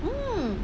mm